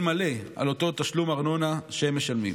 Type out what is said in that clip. מלא על אותו תשלום ארנונה שהם משלמים.